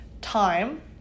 time